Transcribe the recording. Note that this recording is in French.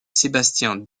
sébastien